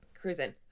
Cruising